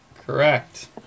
Correct